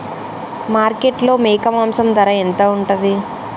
మార్కెట్లో మేక మాంసం ధర ఎంత ఉంటది?